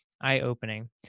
eye-opening